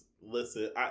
listen